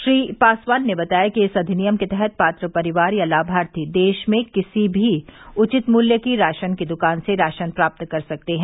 श्री पासवान ने बताया कि इस अधिनियम के तहत पात्र परिवार या लाभार्थी देश में किसी भी उचित मूल्य की राशन की दुकान से राशन प्राप्त कर सकते हैं